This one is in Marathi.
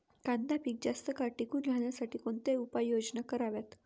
कांदा पीक जास्त काळ टिकून राहण्यासाठी कोणत्या उपाययोजना कराव्यात?